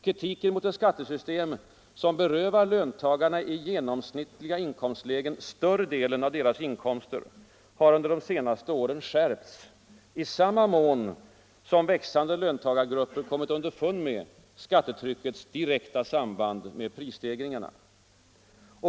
Kritiken mot ett skattesystem som berövar löntagarna i genomsnittliga inkomstlägen större delen av deras inkomster har under de senaste åren skärpts i samma mån som växande löntagargrupper kommit underfund med skattetryckets direkta samband med prisstegringarna.